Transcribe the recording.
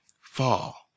fall